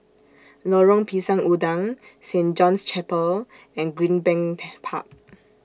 Lorong Pisang Udang Saint John's Chapel and Greenbank Park